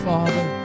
Father